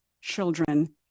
children